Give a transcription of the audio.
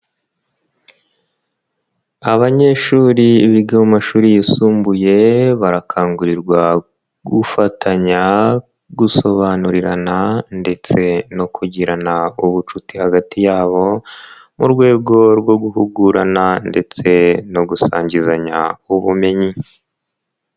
Abanyeshuri biga mu mashuri yisumbuye, barakangurirwa gufatanya, gusobanurirana ndetse no kugirana ubucuti hagati yabo, mu rwego rwo guhugurana ndetse no gusangizanya ubumenyi.